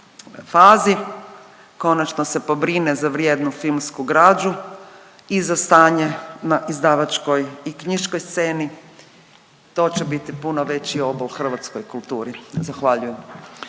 fazi konačno se pobrine za vrijednu filmsku građu i za stanje na izdavačkoj i knjiškoj sceni, to će biti puno veći obol hrvatskoj kulturi, zahvaljujem.